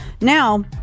Now